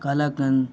kalakand